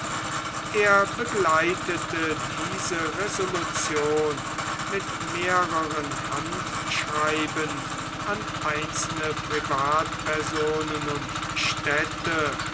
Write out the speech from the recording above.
er begleitete diese resolution mit mehreren handschreiben an einzelne privatpersonen und städte